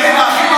אני לא מבין,